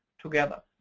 together.